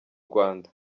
rwanda